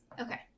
Okay